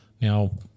Now